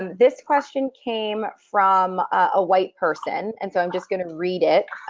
this question came from a white person, and so i'm just gonna read it